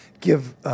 give